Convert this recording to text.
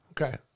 Okay